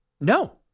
No